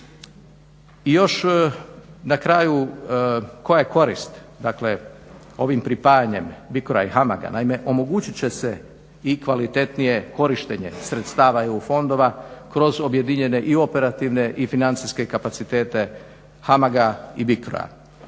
I još na kraju koja je korist dakle ovim pripajanjem BICRO-a i HAMAG-a? Naime, omogućit će se i kvalitetnije korištenje sredstava EU fondova kroz objedinjene i operativne i financijske kapacitete HAMAG-a i BICRO-a.